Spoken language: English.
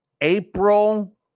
April